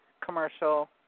commercial